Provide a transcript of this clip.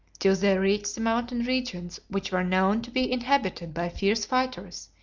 till they reached the mountain regions which were known to be inhabited by fierce fighters,